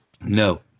No